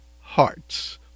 hearts